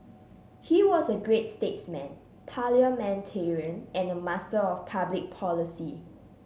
he was a great statesman parliamentarian and a master of public policy